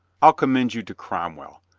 i'll commend you to cromwell.